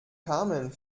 carmen